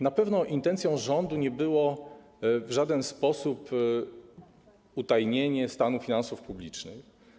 Na pewno intencją rządu nie było w żaden sposób utajnienie stanu finansów publicznych.